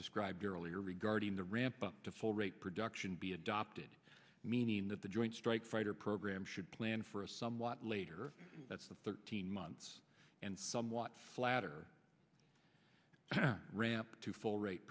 described earlier regarding the ramp up to full rate production be adopted meaning that the joint strike fighter program should plan for a somewhat later that's the thirteen months and somewhat flatter ramp to full rate